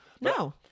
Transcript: No